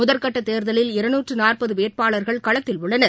முதற்கட்ட தேர்தலில் இருநூற்று நாற்பது வேட்பாளர்கள் களத்தில் உள்ளனர்